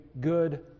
good